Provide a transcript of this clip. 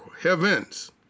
heavens